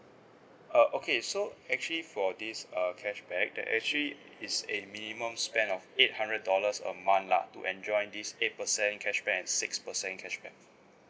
uh okay so actually for this err cashback there actually is a minimum spend of eight hundred dollars a month lah to enjoy this eight percent cashback and six percent cashback